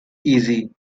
easy